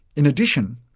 in addition,